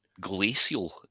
glacial